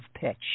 pitch